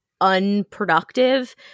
unproductive